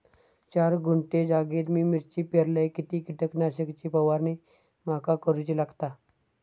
चार गुंठे जागेत मी मिरची पेरलय किती कीटक नाशक ची फवारणी माका करूची लागात?